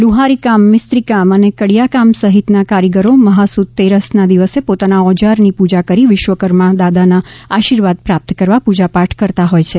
લુહારી કામ મિસ્ત્રીકામ અને કડિયાકામ સહિતના કારીગરો મહાસુદ તેરસના દિવસે પોતાના ઓજારની પુજા કરી વિશ્વકર્મા દાદાના આશીર્વાદ પ્રાપ્ત કરવા પૂજાપાઠ કરતાં હોય છે